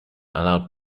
allowed